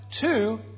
two